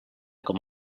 com